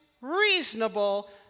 reasonable